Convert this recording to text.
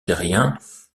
terriens